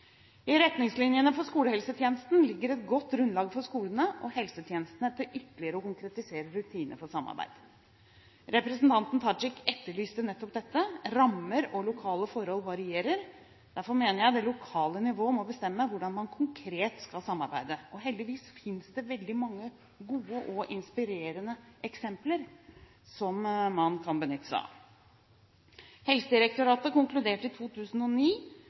I retningslinjene for skolehelsetjenesten ligger et godt grunnlag for skolene og helsetjenestene til ytterligere å konkretisere rutiner for samarbeid. Representanten Tajik etterlyste nettopp dette. Rammer og lokale forhold varierer, derfor mener jeg det lokale nivå må bestemme hvordan man konkret skal samarbeide. Heldigvis finnes det veldig mange gode og inspirerende eksempler som man kan benytte seg av. Helsedirektoratet konkluderte i 2009